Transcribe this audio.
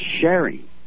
sharing